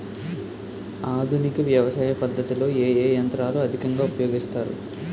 ఆధునిక వ్యవసయ పద్ధతిలో ఏ ఏ యంత్రాలు అధికంగా ఉపయోగిస్తారు?